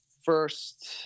first